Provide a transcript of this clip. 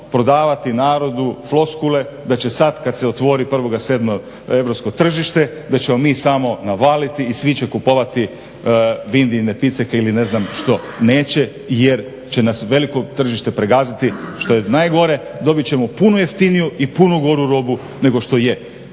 prodavati narodu floskule da će sad kada se otvori 1.7. europsko tržište da ćemo mi samo navaliti i svi će kupovati Vindijine piceke ili ne znam što. Neće, jer će nas veliko tržište pregaziti. Što je najgore, dobit ćemo puno jeftiniju i puno goru robu nego što je